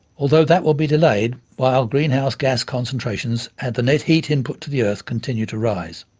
although that will be delayed while greenhouse gas concentrations and the net heat input to the earth continue to rise.